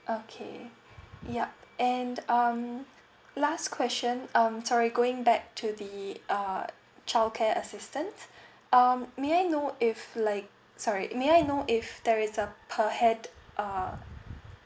okay yup and um last question um sorry going back to the uh childcare assistance um may I know if like sorry may I know if there is uh per head uh